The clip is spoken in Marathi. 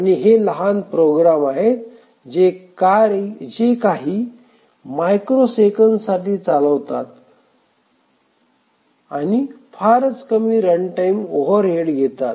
आणि हे लहान प्रोग्राम आहेत जे काही मायक्रोसेकँड्ससाठी चालवतात आणि फारच कमी रनटाइम ओव्हरहेड घेतात